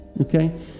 okay